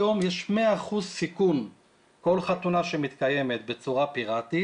היום יש 100% סיכון בכל חתונה שמתקיימת בצורה פיראטית,